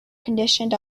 conditioned